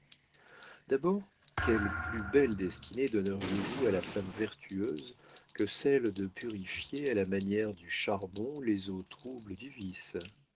d'abord quelle plus belle destinée donneriez-vous à la femme vertueuse que celle de purifier à la manière du charbon les eaux troubles du vice